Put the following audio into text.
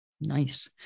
Nice